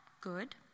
good